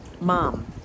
mom